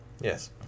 Yes